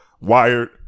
wired